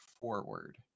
forward